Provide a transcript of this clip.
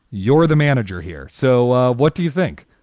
you're the manager here. so what do you think?